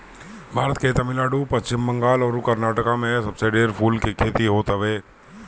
भारत के तमिलनाडु, पश्चिम बंगाल अउरी कर्नाटक में सबसे ढेर फूल के खेती होत हवे